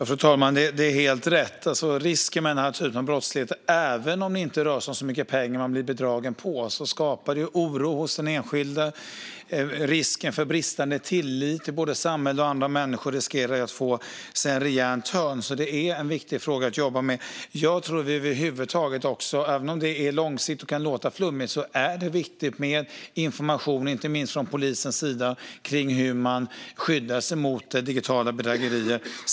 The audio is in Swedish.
Fru talman! Det är helt rätt att risken med den här typen av brottslighet, även om det inte rör sig om så mycket pengar som man blir bedragen på, är att den skapar en oro hos den enskilde. Tilliten till både samhälle och andra människor riskerar ju att få sig en rejäl törn, så det är en viktig fråga att jobba med. Jag tror också, även om det är långsiktigt och kan låta flummigt, att det är viktigt med information, inte minst från polisens sida, om hur man skyddar sig mot digitala bedrägerier.